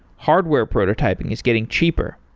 hardware prototyping is getting cheaper.